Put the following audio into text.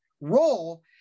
role